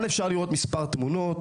בשקף הזה אפשר לראות מספר תמונות.